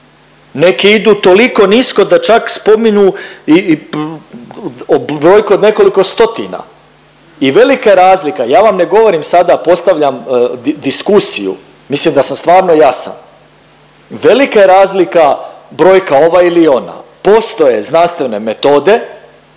Neki idu toliko nisko da čak spominju brojku od nekoliko stotina. I velika je razlika, ja vam ne govorim sada, postavljam diskusiju, mislim da sam stvarno jasan. Velika je razlika brojka ova ili ona. Postoje znanstvene metode,